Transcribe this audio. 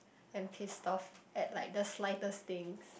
and pissed off at like the slightest things